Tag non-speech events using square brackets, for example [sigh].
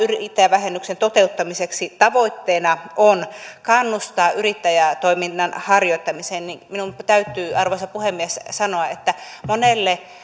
[unintelligible] yrittäjävähennyksen toteuttamisen tavoitteena on kannustaa yrittäjätoiminnan harjoittamiseen niin minun täytyy arvoisa puhemies sanoa että monelle